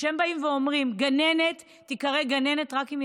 הם אומרים: גננת תיקרא "גננת" רק אם היא